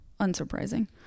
Unsurprising